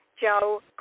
Joe